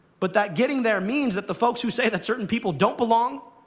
but that getting there means that the folks who say that certain people don't belong,